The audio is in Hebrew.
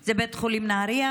הוא בית החולים נהריה,